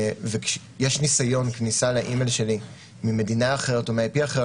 כשיש ניסיון כניסה לאימייל שלי ממדינה אחרת או מ-IP אחר,